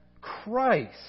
Christ